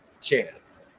chance